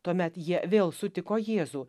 tuomet jie vėl sutiko jėzų